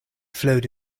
flowed